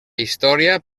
història